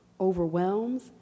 overwhelms